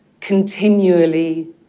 continually